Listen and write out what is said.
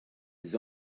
his